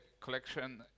collection